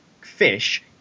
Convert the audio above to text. fish